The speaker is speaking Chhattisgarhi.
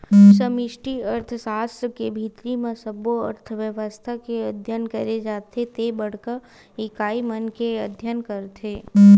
समस्टि अर्थसास्त्र के भीतरी म सब्बो अर्थबेवस्था के अध्ययन करे जाथे ते बड़का इकाई मन के अध्ययन करथे